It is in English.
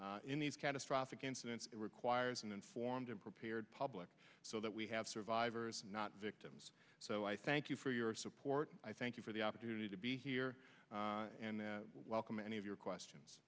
in these catastrophic incidents it requires an informed and prepared public so that we have survivors not victims so i thank you for your support i thank you for the opportunity to be here and welcome any of your questions